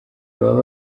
baba